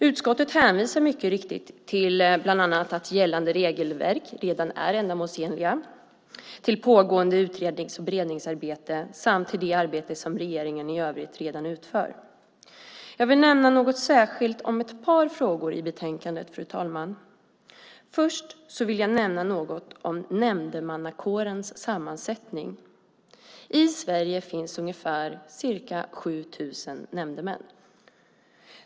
Utskottet hänvisar mycket riktigt bland annat till att gällande regelverk är ändamålsenliga, till pågående utrednings och beredningsarbete samt till det arbete som regeringen i övrigt redan utför. Jag vill nämna något särskilt, fru talman, om ett par frågor. Först vill jag nämna något om nämndemannakårens sammansättning. I Sverige finns ungefär 7 000 nämndemän.